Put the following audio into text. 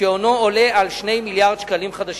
שהונו עולה על 2 מיליארדי שקלים חדשים.